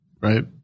Right